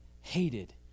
hated